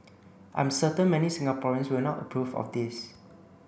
I'm certain many Singaporeans will not approve of this